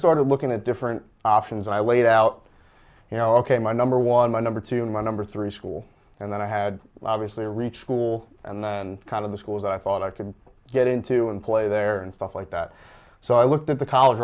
started looking at different options and i laid out you know ok my number one my number two my number three school and then i had obviously a reach school and kind of the schools i thought i could get into and play there and stuff like that so i looked at the college